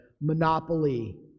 Monopoly